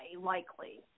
likely